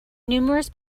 numerous